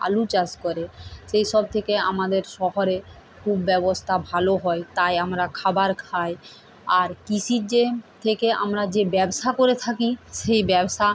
আলু চাষ করে সেইসব থেকে আমাদের শহরে খুব ব্যবস্থা ভালো হয় তাই আমরা খাবার খাই আর কৃষির যে থেকে আমরা যে ব্যবসা করে থাকি সেই ব্যবসা